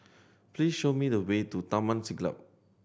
please show me the way to Taman Siglap